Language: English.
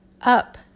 Up